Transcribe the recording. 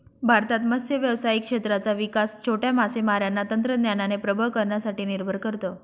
भारतात मत्स्य व्यावसायिक क्षेत्राचा विकास छोट्या मासेमारांना तंत्रज्ञानाने प्रबळ करण्यासाठी निर्भर करत